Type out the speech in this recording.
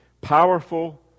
powerful